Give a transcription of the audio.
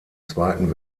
zweiten